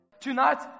Tonight